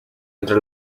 entre